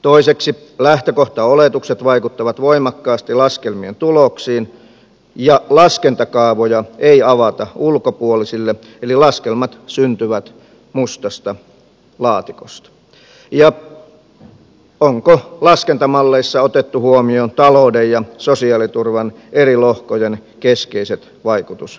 toiseksi lähtökohtaoletukset vaikuttavat voimakkaasti laskelmien tuloksiin ja laskentakaavoja ei avata ulkopuolisille eli laskelmat syntyvät mustasta laatikosta ja onko laskentamalleissa otettu huomioon talouden ja sosiaaliturvan eri lohkojen keskeiset vaikutusmekanismit